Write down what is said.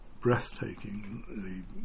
breathtaking